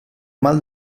mal